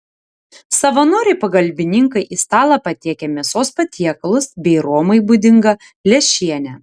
savanoriai pagalbininkai į stalą patiekia mėsos patiekalus bei romai būdingą lęšienę